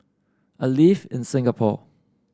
I live in Singapore